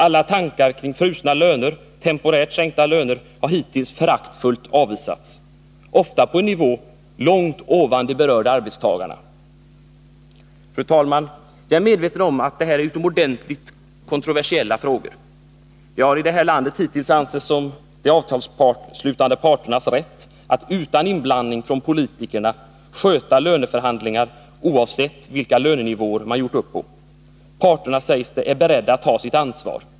Alla tankar kring frusna löner eller temporärt sänkta löner har hittills föraktfullt avvisats, ofta på en nivå långt ovan de berörda arbetstagarna. Herr talman! Jag är medveten om att detta är utomordentligt kontroversiella frågor. Det har i det här landet hittills ansetts som de avtalsslutande parternas rätt att utan inblandning från politikerna sköta löneförhandlingar oavsett vilka lönenivåer man gjort upp på. Parterna, sägs det, är beredda att ta sitt ansvar.